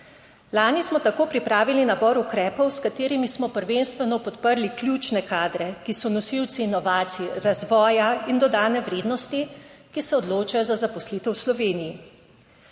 Lani smo tako pripravili nabor ukrepov, s katerimi smo prvenstveno podprli ključne kadre, ki so nosilci inovacij, razvoja in dodane vrednosti, ki se odločajo za zaposlitev v Sloveniji.